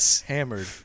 hammered